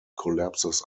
collapses